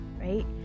right